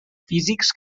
físics